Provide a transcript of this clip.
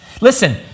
Listen